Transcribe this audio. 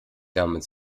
damit